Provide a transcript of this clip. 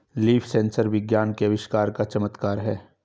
leaf sensor विज्ञान के आविष्कार का चमत्कार है